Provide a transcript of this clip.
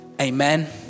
Amen